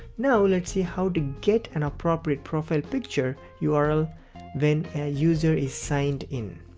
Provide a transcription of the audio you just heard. now let see how to get an appropriate profile picture yeah url when a user is signed in.